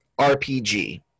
RPG